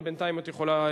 אבל בינתיים את יכולה,